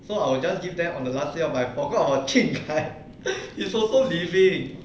so I'll just give them on the last day of my I forgot about jun kai he is also leaving